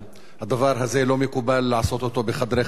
הדבר הזה, לא מקובל לעשות אותו בחדרי חדרים.